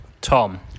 Tom